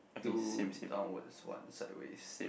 two downwards one sideways